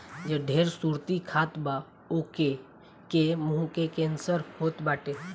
जे ढेर सुरती खात बा ओके के मुंहे के कैंसर होत बाटे